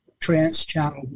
trans-channel